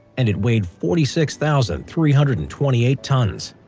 and it weighed forty six thousand three hundred and twenty eight tons.